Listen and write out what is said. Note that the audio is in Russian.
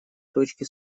точки